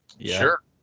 Sure